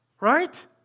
Right